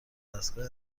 ودستگاه